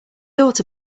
thought